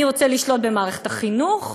אני רוצה לשלוט במערכת החינוך,